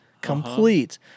complete